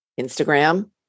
Instagram